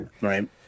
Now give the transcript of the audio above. right